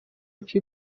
few